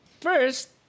first